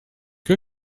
que